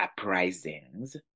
uprisings